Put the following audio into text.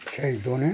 সেই দোনে